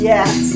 Yes